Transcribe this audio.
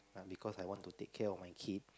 ah because I want to take care of my kid